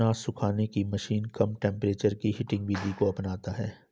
अनाज सुखाने की मशीन कम टेंपरेचर की हीटिंग विधि को अपनाता है